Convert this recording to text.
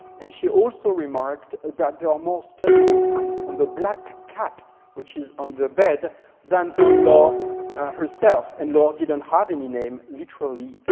and she also remarked that there are more studies in france on the black cat which is on the bed than on laure herself. and laure didn't have any name, literally,